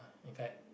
a guide